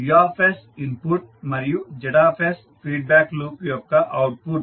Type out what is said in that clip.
U input మరియు Z feedback loop యొక్క output